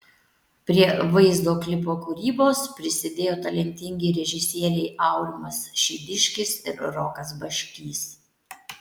prie vaizdo klipo kūrybos prisidėjo talentingi režisieriai aurimas šidiškis ir rokas baškys